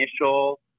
initial